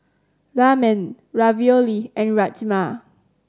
Ramen Ravioli and Rajma